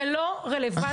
זה לא רלוונטי.